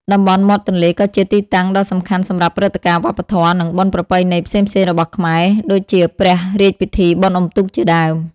តំបន់មាត់ទន្លេក៏ជាទីតាំងដ៏សំខាន់សម្រាប់ព្រឹត្តិការណ៍វប្បធម៌ និងបុណ្យប្រពៃណីផ្សេងៗរបស់ខ្មែរ ដូចជាព្រះរាជពិធីបុណ្យអុំទូកជាដើម។